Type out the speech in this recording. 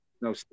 no